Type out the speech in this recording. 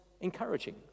encouraging